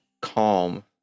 calm